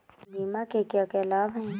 बीमा के क्या क्या लाभ हैं?